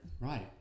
Right